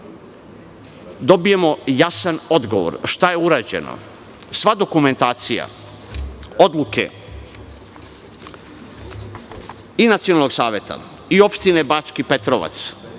dobijemo jasan odgovor šta je urađeno? Sva dokumentacija odluke i Nacionalnog saveta i Opštine Bački Petrovac